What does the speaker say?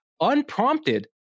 unprompted